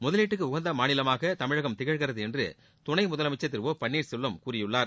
முதலீட்டுக்கு உகந்த மாநிலமாக தமிழகம் திகழ்கிறது என்று துணை முதலமைச்சர் திரு ஒபன்னீர்செல்வம் கூறியுள்ளார்